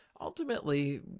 ultimately